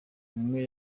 umwe